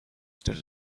stood